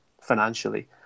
financially